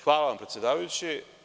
Hvala vam predsedavajući.